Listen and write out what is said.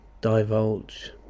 divulge